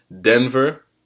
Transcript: Denver